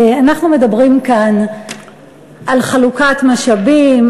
אנחנו מדברים כאן על חלוקת משאבים,